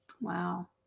Wow